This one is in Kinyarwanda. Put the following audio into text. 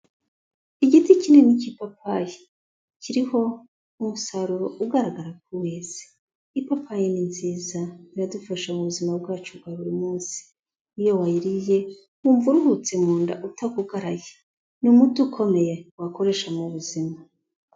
Igiti kinini cy'ipapayi, kiriho umusaruro ugaragara ko weze, ipapayi ni nziza iradufasha mu buzima bwacu bwa buri munsi, iyo wayiriye wumva uruhutse mu nda utagugaraye, ni umuti ukomeye wakoresha mu buzima.